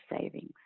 savings